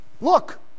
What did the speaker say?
Look